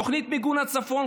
תוכנית מיגון לצפון,